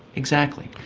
exactly.